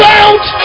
out